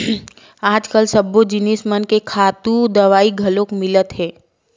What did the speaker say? आजकाल सब्बो जिनिस मन के खातू दवई घलोक मिलत हे